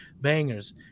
bangers